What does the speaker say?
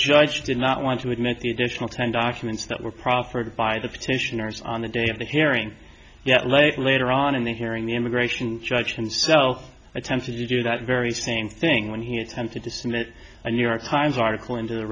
judge did not want to admit the additional ten documents that were proffered by the petitioners on the day of the hearing yet late later on in the hearing the immigration judge and so i attempted to do that very same thing when he attempted to submit a new york times article into the